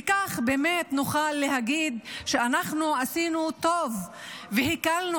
וכך באמת נוכל להגיד שעשינו טוב והקלנו